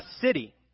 city